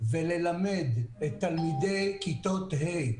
וללמד את תלמידי כיתות ה'